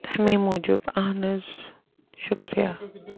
تَمے موٗجوٗب اہن حظ شُکریہ